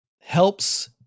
helps